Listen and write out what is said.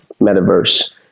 metaverse